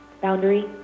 Boundary